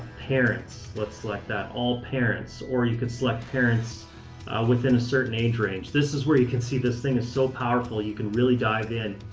parents, let's select that. all parents. or you could select parents within a certain age range. this is where you can see this thing is so powerful. you can really dive in.